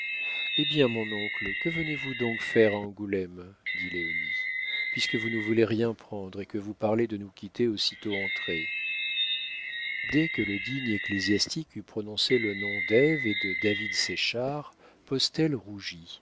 hé bien mon oncle que venez-vous donc faire à angoulême dit léonie puisque vous ne voulez rien prendre et que vous parlez de nous quitter aussitôt entré dès que le digne ecclésiastique eut prononcé le nom d'ève et de david séchard postel rougit